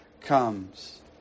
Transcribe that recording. comes